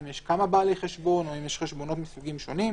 אם יש כמה בעלי חשבון או אם יש חשבונות מסוגים שונים,